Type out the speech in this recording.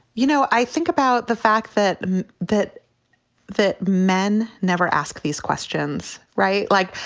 you know, i think about the fact that that that men never ask these questions. right. like,